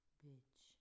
bitch